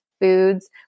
foods